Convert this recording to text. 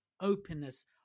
openness